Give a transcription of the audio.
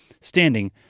standing